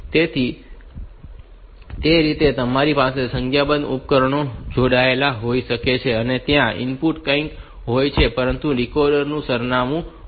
તેથી તે રીતે તમારી પાસે સંખ્યાબંધ ઉપકરણો જોડાયેલ હોઈ શકે છે અને ત્યાં ઇનપુટ કંઈપણ હોય પરંતુ આ ડીકોડર એ સરનામું હોઈ શકે છે